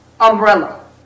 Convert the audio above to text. umbrella